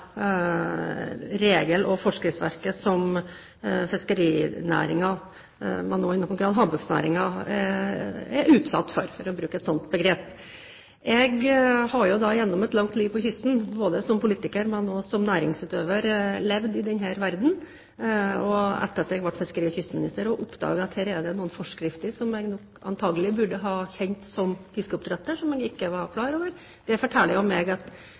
regel- og forskriftsverket som fiskerinæringen og i noen grad havbruksnæringen er utsatt for, for å bruke et sånt begrep. Jeg har gjennom et langt liv ved kysten, både som politiker og som næringsutøver, levd i denne verdenen. Etter at jeg ble fiskeri- og kystminister oppdaget jeg at det fantes noen forskrifter som jeg antakelig burde ha kjent som fiskeoppdretter, men som jeg ikke var klar over. Dette forteller meg at